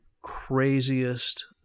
craziest